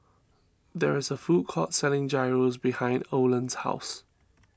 there is a food court selling Gyros behind Oland's house